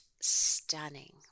Stunning